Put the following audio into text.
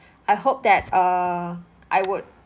I hope that err I would